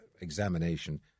examination